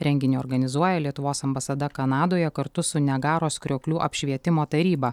renginį organizuoja lietuvos ambasada kanadoje kartu su niagaros krioklių apšvietimo taryba